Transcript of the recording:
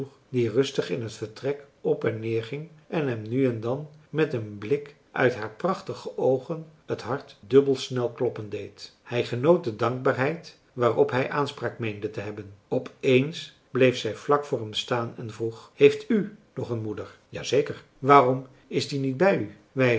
die rustig in het vertrek op en neer ging en hem nu en dan met een blik uit haar prachtige oogen het hart dubbel snel kloppen deed hij genoot de dankbaarheid waarop hij aanspraak meende te hebben op eens bleef zij vlak voor hem staan en vroeg heeft u nog een moeder ja zeker waarom is die niet bij u